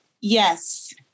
Yes